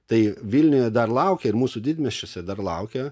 tai vilniuje dar laukia ir mūsų didmiesčiuose dar laukia